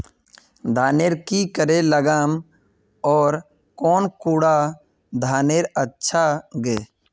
धानेर की करे लगाम ओर कौन कुंडा धानेर अच्छा गे?